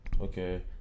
Okay